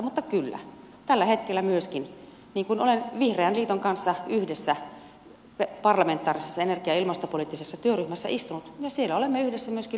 mutta kyllä tällä hetkellä myöskin olen vihreän liiton kanssa yhdessä parlamentaarisessa energia ja ilmastopoliittisessa työryhmässä istunut ja siellä olemme yhdessä myöskin linjanneet turpeen käytöstä